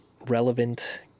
relevant